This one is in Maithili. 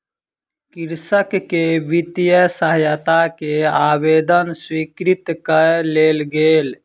कृषक के वित्तीय सहायता के आवेदन स्वीकृत कय लेल गेल